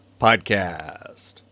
Podcast